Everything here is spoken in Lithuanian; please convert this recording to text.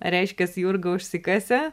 reiškias jurga užsikasė